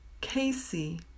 Casey